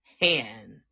hand